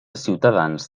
ciutadans